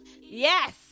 Yes